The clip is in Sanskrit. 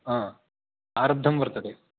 हा आरब्धं वर्तते